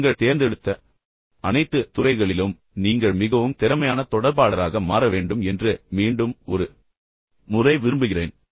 நீங்கள் தேர்ந்தெடுத்த அனைத்து துறைகளிலும் நீங்கள் மிகவும் திறமையான தொடர்பாளராக மாற வேண்டும் என்று மீண்டும் ஒரு முறை விரும்புகிறேன்